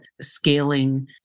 scaling